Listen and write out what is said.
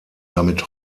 damit